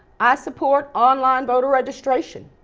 i support on-line voter registration.